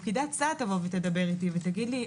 פקידת הסעד תבוא ותדבר איתי ותסביר לי.